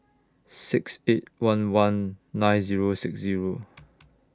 six eight one one nine Zero six Zero